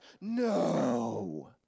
No